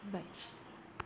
जाबाय